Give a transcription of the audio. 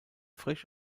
frisch